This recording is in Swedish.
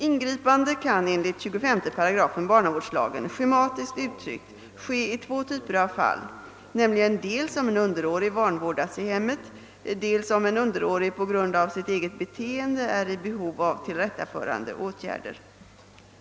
Ingripande kan enligt 25 8 barnavårdslagen, schematiskt uttryckt, ske i två typer av fall, nämligen dels om en underårig vanvårdas i hemmet, dels om en underårig på grund av sitt eget beteende är i behov av tillrättaförande åtgärder.